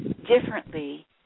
differently